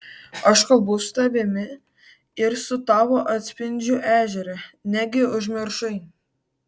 aš kalbu su tavimi ir su tavo atspindžiu ežere negi užmiršai